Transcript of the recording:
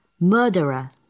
Murderer